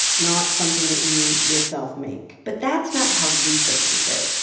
not something that you yourself make but that's not how lisa sees it.